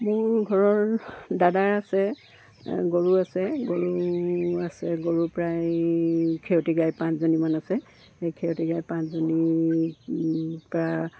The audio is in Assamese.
মোৰ ঘৰৰ দাদাৰ আছে গৰু আছে গৰু আছে গৰু প্ৰায় ক্ষতি গাই পাঁচজনীমান আছে সেই ক্ষতি গাই পাঁচজনী পৰা